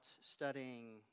studying